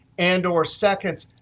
and or seconds,